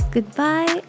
Goodbye